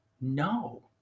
No